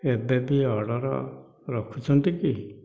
ଏବେ ବି ଅର୍ଡ଼ର ରଖୁଛନ୍ତି କି